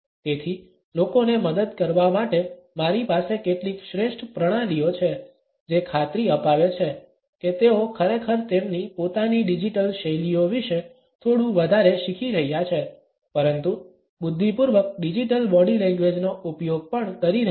તેથી લોકોને મદદ કરવા માટે મારી પાસે કેટલીક શ્રેષ્ઠ પ્રણાલીઓ છે જે ખાત્રી અપાવે છે કે તેઓ ખરેખર તેમની પોતાની ડિજિટલ શૈલીઓ વિશે થોડું વધારે શીખી રહ્યાં છે પરંતુ બુદ્ધિપૂર્વક ડિજિટલ બોડી લેંગ્વેજનો ઉપયોગ પણ કરી રહ્યા છે